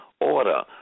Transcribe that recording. order